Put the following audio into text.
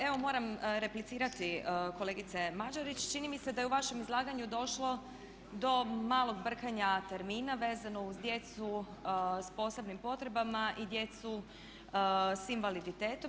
Evo moram replicirati kolegice Mađerić, čini mi se da je u vašem izlaganju došlo do malog brkanja termina vezano uz djecu s posebnim potrebama i djecu s invaliditetom.